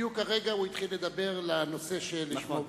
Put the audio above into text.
בדיוק הרגע הוא התחיל לדבר על נושא שלשמו באת.